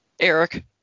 Eric